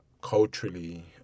culturally